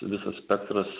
visas spektras